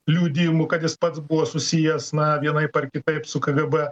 liudijimų kad jis pats buvo susijęs na vienaip ar kitaip su kgb